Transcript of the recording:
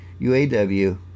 UAW